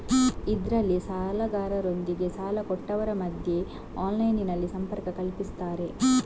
ಇದ್ರಲ್ಲಿ ಸಾಲಗಾರರೊಂದಿಗೆ ಸಾಲ ಕೊಟ್ಟವರ ಮಧ್ಯ ಆನ್ಲೈನಿನಲ್ಲಿ ಸಂಪರ್ಕ ಕಲ್ಪಿಸ್ತಾರೆ